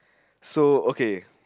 so okay